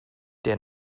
der